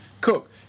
Cook